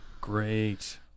Great